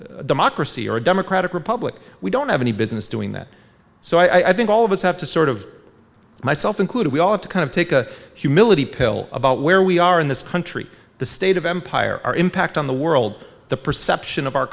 ourselves democracy or democratic republic we don't have any business doing that so i think all of us have to sort of myself included we all have to kind of take a humility pill about where we are in this country the state of empire our impact on the world the perception of our